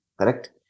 correct